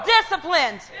disciplined